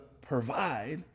provide